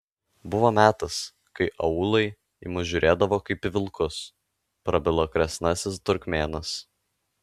buvo metas kai aūlai į mus žiūrėdavo kaip į vilkus prabilo kresnasis turkmėnas